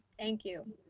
thank you.